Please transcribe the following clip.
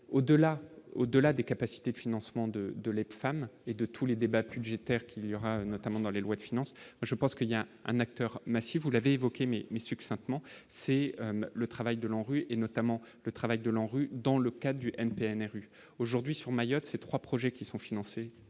au-delà des capacités de financement de de la femme et de tous les débats publicitaire qu'il y aura notamment dans les lois de finances, je pense qu'il y a un acteur, mais si vous l'avez évoqué mi-mai succinctement, c'est le travail de l'ANRU et notamment le travail de l'ANRU dans le cas du NPA est rue aujourd'hui sur Mayotte, ces 3 projets qui sont financées